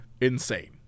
insane